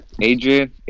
Adrian